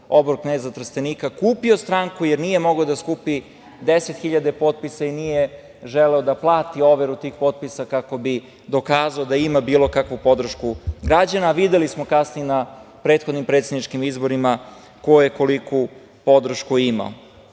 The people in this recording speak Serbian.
obor kneza Trstenika kupio stranku, jer nije mogao da skupi deset hiljada potpisa i nije želeo da plati overu tih potpisa kako bi dokazao da ima bilo kakvu podršku građana. Videli smo kasnije i na prethodnim predsedničkim izborima ko je koliku podršku